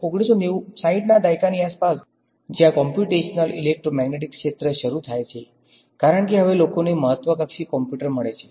પછી 1960 ના દાયકાની આસપાસ જ્યાં કોમ્પ્યુટેશનલ ઇલેક્ટ્રોમેગ્નેટિક્સ ક્ષેત્ર શરૂ થાય છે કારણ કે હવે લોકોને મહત્વકાંક્ષી કમ્પ્યુટર મળે છે